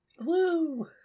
Woo